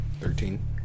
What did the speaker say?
Thirteen